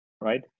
Right